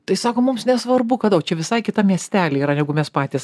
tai sako mums nesvarbu kada o čia visai kitam miestelį yra neigu mes patys